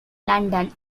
london